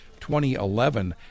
2011